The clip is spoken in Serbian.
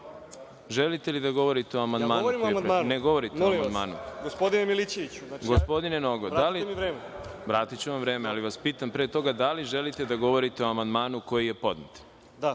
morate da govorite o amandmanu koji je podnet